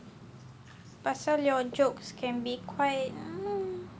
pasal your jokes can be quite